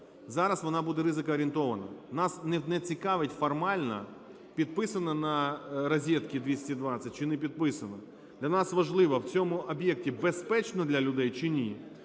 Зараз вона буде ризикоорієнтована. Нас не цікавить формально, підписано на розетці "220" чи не підписано. Для нас важливо в цьому об'єкті: безпечно для людей чи ні.